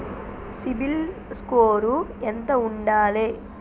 CIBIL score ఎంత ఉండాలే?